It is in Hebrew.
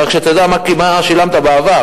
רק שתדע מה שילמת בעבר,